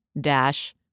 dash